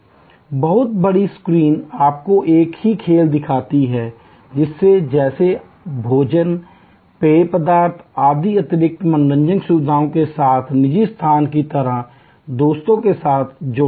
बहुत बड़ी स्क्रीन आपको एक ही खेल दिखाती है जिसमें जैसे भोजन पेय पदार्थ आदि अतिरिक्त मनोरंजन सुविधाओं के साथ निजी स्थान की तरह दोस्तों के साथ जोड़ा जाता है